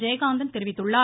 ஜெயகாந்தன் தெரிவித்துள்ளார்